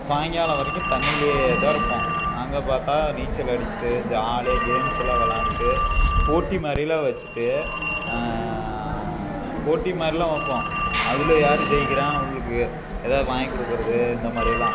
சாயங்காலம் வரைக்கும் தண்ணிலேயே தான் இருப்போம் அங்கே பார்த்தா நீச்சல் அடிச்சுட்டு ஜாலியாக கேம்ஸ்ஸெல்லாம் விளாண்டுட்டு போட்டி மாதிரிலாம் வெச்சுட்டு போட்டி மாதிரிலாம் வைப்போம் அதில் யார் ஜெயிக்கிறாங்க அவர்களுக்கு எதாவது வாங்கிக் கொடுக்கறது இந்த மாதிரிலாம்